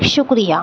شکریہ